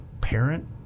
parent